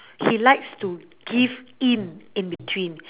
he likes to give in in between